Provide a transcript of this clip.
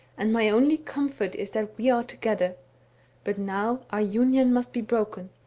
and my only comfort is that we are together but now our union must be broken.